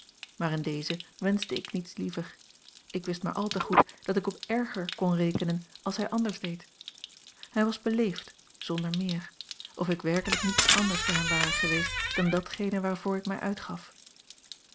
maar in deze wenschte ik niets liever ik wist maar al te goed dat ik op erger kon rekenen als hij anders deed hij was beleefd zonder meer of ik werkelijk niets anders voor hem ware geweest dan datgene waarvoor ik mij uitgaf